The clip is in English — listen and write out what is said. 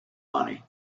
money